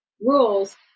rules